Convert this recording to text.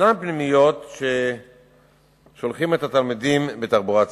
ישנן פנימיות ששולחות את התלמידים בתחבורה ציבורית.